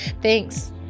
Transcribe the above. Thanks